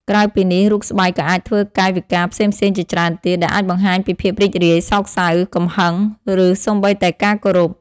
ក្រៅពីនេះ រូបស្បែកក៏អាចធ្វើកាយវិការផ្សេងៗជាច្រើនទៀត ដែលអាចបង្ហាញពីភាពរីករាយ សោកសៅ កំហឹង ឬសូម្បីតែការគោរព។